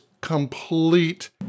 complete